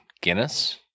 Guinness